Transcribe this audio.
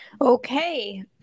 Okay